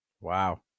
Wow